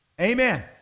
Amen